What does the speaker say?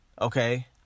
okay